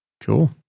Cool